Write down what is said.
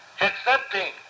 accepting